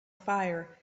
fire